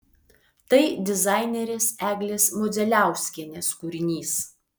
tai dizainerės eglės modzeliauskienės kūrinys